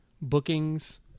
bookings